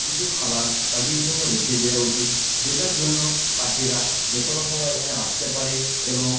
কিছু খাবার তাদের জন্য রেখে দেওয়া উচিত যেটার জন্য পাখিরা যে কোনো সময় এখানে আসতে পারে এবং